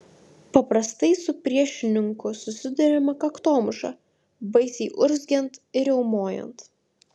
paprastai su priešininku susiduriama kaktomuša baisiai urzgiant ir riaumojant